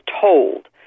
told